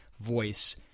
voice